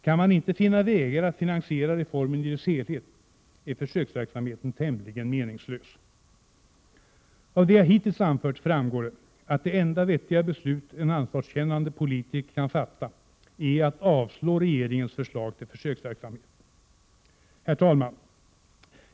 Kan man inte finna vägar att finansiera reformen i dess helhet är försöksverksamheten tämligen meningslös. Av det jag hittills anfört framgår att det enda vettiga beslut en ansvarskännande politiker kan fatta är att avslå regeringens förslag till försöksverksamhet. Herr talman!